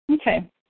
Okay